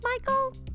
Michael